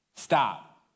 Stop